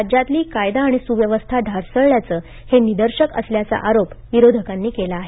राज्यातली कायदा आणि सुव्यवस्था ढासळल्याचं हे निदर्शक असल्याचा आरोप विरोधकांनी केला आहे